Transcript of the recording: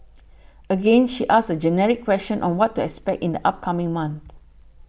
again she asks a generic question on what to expect in the upcoming month